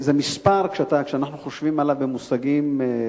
זה מספר, כשאנחנו חושבים עליו במושגים,